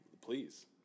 Please